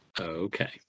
Okay